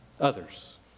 others